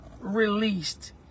released